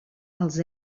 els